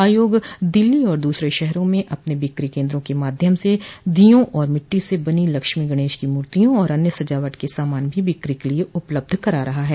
आयोग दिल्ली और दूसरे शहरों में अपने बिक्री केन्द्रों के माध्यम से दीयों और मिट्टी से बनी लक्ष्मी गणेश की मूर्तियों और अन्य सजावट के सामान भी बिक्री के लिए उपलब्ध करा रहा है